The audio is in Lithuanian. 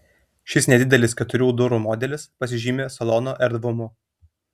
šis nedidelis keturių durų modelis pasižymi salono erdvumu